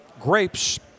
grapes